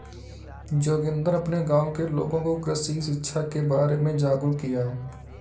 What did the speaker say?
जोगिंदर अपने गांव के लोगों को कृषि शिक्षा के बारे में जागरुक किया